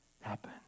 happen